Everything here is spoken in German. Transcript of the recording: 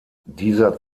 dieser